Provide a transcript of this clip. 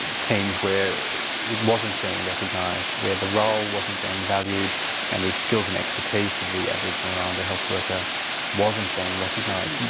teams where it wasn't being recognised, where the role wasn't being valued and the skills and expertise of the aboriginal and islander health worker wasn't being recognised.